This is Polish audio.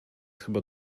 chyba